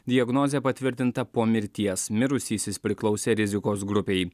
diagnozė patvirtinta po mirties mirusysis priklausė rizikos grupei